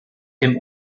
dem